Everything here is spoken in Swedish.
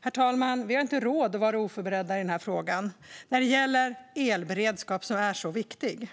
Herr talman! Vi har inte råd att vara oförberedda när det gäller den viktiga elberedskapen.